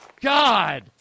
God